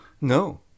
No